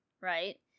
right